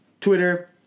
Twitter